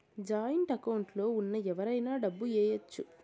joint account లో ఉన్న ఎవరైనా డబ్బు ఏయచ్చు